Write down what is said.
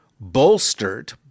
bolstered